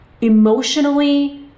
emotionally